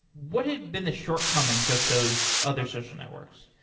what had been the shortcomings of those other social networks?